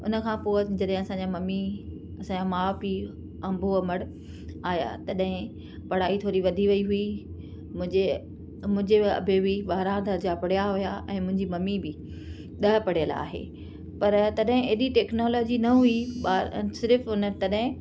उनखां पोइ जॾहिं असांजा मम्मी असां माउ पीउ अबो अमड़ आया तॾहिं पढ़ाई थोरी वधी वई हुई मुंहिंजे मुहिंजे अबे बि ॿारहं दर्जा पढ़िया हुया ऐं मुंहिंजी मम्मी बि ॾह पढ़ियल आहे पर तॾहिं एॾी टेक्नोलोजी न हुई बा सिर्फ़ु उन तॾहिं